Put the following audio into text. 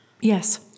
Yes